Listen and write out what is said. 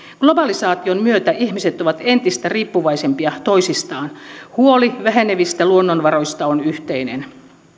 globalisaation myötä ihmiset ovat entistä riippuvaisempia toisistaan huoli vähenevistä luonnonvaroista on yhteinen